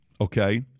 okay